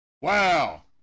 Wow